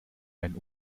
einen